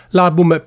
L'album